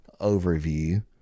overview